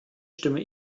stimme